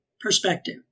perspective